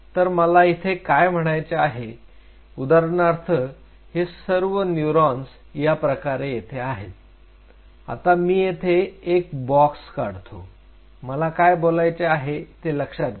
तर मला इथे काय म्हणायचे आहे उदाहरणार्थ हे सर्व न्यूरॉन्स या प्रकार येथे आहेत आता मी येथे एक बॉक्स काढतो मला काय बोलायचे आहे ते लक्षात घ्या